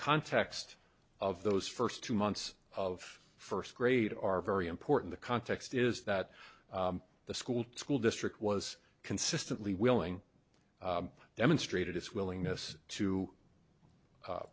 context of those first two months of first grade are very important the context is that the school school district was consistently willing demonstrated its willingness to